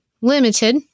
limited